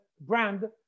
brand